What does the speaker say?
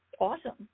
Awesome